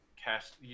cast